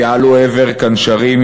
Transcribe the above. יעלו אבר כנשרים,